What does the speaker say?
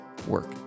work